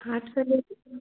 आठ सौ ले लीजिए